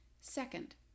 Second